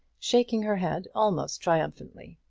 shaking her head almost triumphantly.